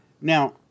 now